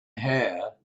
hair